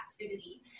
activity